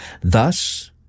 Thus